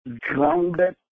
grounded